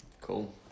Cool